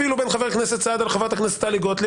אפילו בין חבר הכנסת סעדה לחברת הכנסת טלי גוטליב,